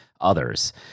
others